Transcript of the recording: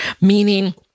meaning